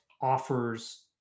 offers